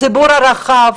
הציבור הרחב,